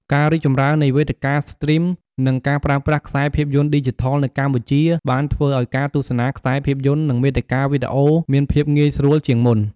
ការរីកចម្រើននៃវេទិកាស្ទ្រីម និងការប្រើប្រាស់ខ្សែភាពយន្តឌីជីថលនៅកម្ពុជាបានធ្វើឲ្យការទស្សនាខ្សែភាពយន្ត និងមាតិកាវីដេអូមានភាពងាយស្រួលជាងមុន ។